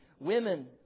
women